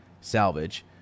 salvage